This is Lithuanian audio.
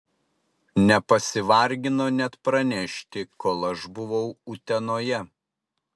nepasivargino net pranešti kol aš buvau utenoje